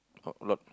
not a lot